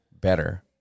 better